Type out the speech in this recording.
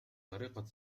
طريقة